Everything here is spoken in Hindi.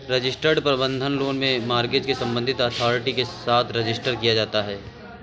रजिस्टर्ड बंधक लोन में मॉर्गेज को संबंधित अथॉरिटी के साथ रजिस्टर किया जाता है